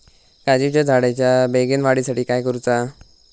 काजीच्या झाडाच्या बेगीन वाढी साठी काय करूचा?